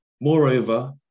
Moreover